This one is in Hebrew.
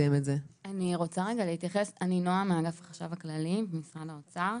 אני נועה, מאגף החשב הכללי במשרד האוצר.